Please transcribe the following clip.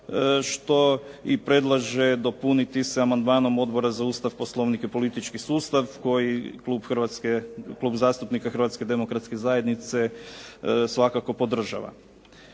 što i predlaže dopuniti se amandmanom Odbora za Ustav, Poslovnik i politički sustav koji Klub zastupnika Hrvatske demokratske zajednice svakako podržava.